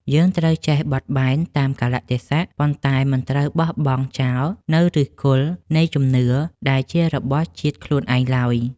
យើងត្រូវចេះបត់បែនតាមកាលៈទេសៈប៉ុន្តែមិនត្រូវបោះបង់ចោលនូវឫសគល់នៃជំនឿដែលជារបស់ជាតិខ្លួនឯងឡើយ។